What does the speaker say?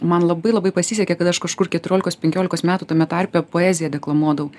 man labai labai pasisekė kad aš kažkur keturiolikos penkiolikos metų tame tarpe poeziją deklamuodavau